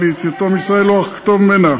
עד ליציאתו מישראל או הרחקתו ממנה".